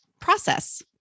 process